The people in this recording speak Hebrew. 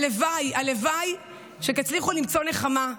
הלוואי, הלוואי שתצליחו למצוא נחמה,